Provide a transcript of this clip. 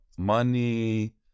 money